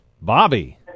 Bobby